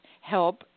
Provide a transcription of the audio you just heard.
help